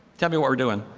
tell me what we're doing.